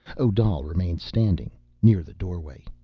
odal remained standing, near the doorway.